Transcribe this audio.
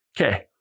Okay